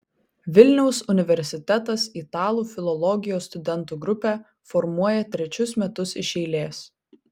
vilniaus universitetas italų filologijos studentų grupę formuoja trečius metus iš eilės